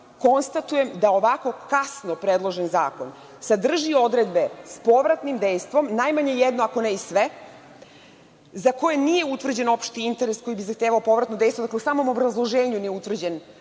Konstatujem da ovako kasno predložen zakon sadrži odredbe s povratnim dejstvom, najmanje jednu, ako ne i sve, za koje nije utvrđen opšti interes koji bi zahtevao povratno dejstvo. Dakle, u samom obrazloženju nije utvrđen